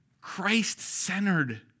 Christ-centered